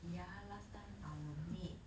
ya last time our maid